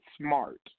smart